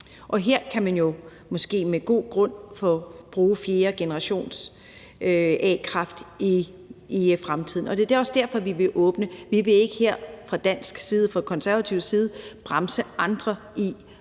her kan man måske med god grund bruge fjerdegenerations-a-kraft i fremtiden. Det er også derfor, at vi vil åbne, for vi vil ikke her fra dansk, fra konservativ side bremse andre i